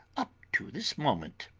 up to this moment.